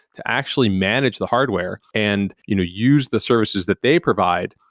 to actually manage the hardware and you know use the services that they provide.